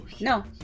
No